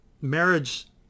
marriage